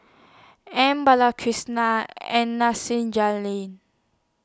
M Balakrishnan and Nasir Jalil